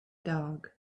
dog